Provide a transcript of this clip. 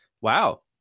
Wow